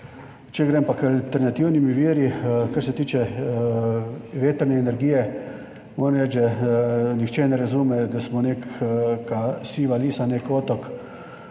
Če grem pa k alternativnim virom, kar se tiče vetrne energije, moram reči, da nihče ne razume, da smo neka siva lisa, nek otok,